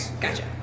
gotcha